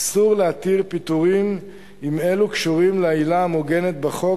אסור להתיר פיטורים אם אלה קשורים לעילה המוגנת בחוק,